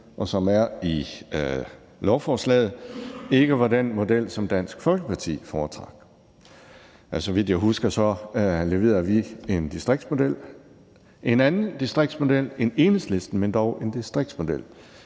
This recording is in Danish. og som er i lovforslaget, ikke var den model, som Dansk Folkeparti foretrak. Så vidt jeg husker, leverede vi en distriktsmodel – en anden distriktsmodel end Enhedslisten, men dog en distriktsmodel.